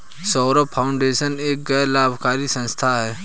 Saurabh foundation एक गैर लाभकारी संस्था है